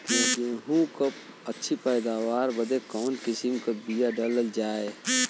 गेहूँ क अच्छी पैदावार बदे कवन किसीम क बिया डाली जाये?